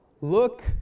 Look